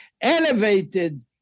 elevated